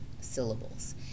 syllables